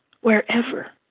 wherever